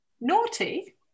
Naughty